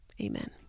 Amen